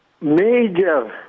major